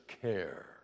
care